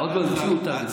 עוד לא המציאו את ההגדרה.